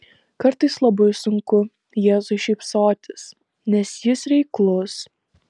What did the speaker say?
kartais labai sunku jėzui šypsotis nes jis reiklus